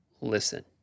listen